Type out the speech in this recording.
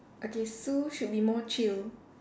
okay so should be more chill